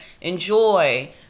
enjoy